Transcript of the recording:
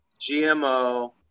GMO